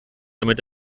damit